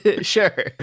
Sure